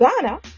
Ghana